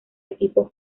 equipo